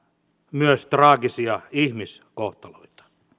myös traagisia ihmiskohtaloita